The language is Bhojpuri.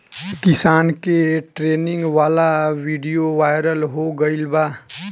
किसान के ट्रेनिंग वाला विडीओ वायरल हो गईल बा